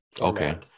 Okay